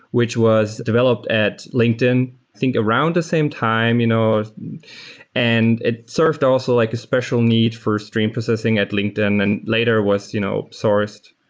which was developed at linkedin i think around the same time. you know and it served also like a special need for stream processing at linkedin and later was you know sourced.